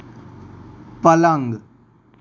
પલંગ